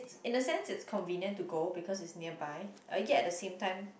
in a sense it's convenient to go because it's nearby but yet at the same time